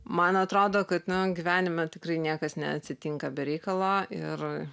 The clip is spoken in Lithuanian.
man atrodo kad na gyvenime tikrai niekas neatsitinka be reikalo ir